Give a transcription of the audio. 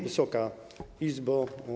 Wysoka Izbo!